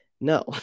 No